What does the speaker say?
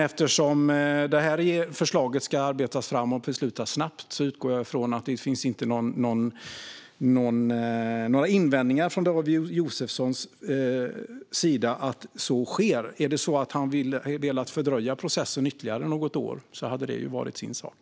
Eftersom detta förslag ska arbetas fram och beslutas snabbt utgår jag från att det inte finns några invändningar från David Josefssons sida mot att så sker. Hade han velat fördröja processen ytterligare något år hade det varit en annan sak.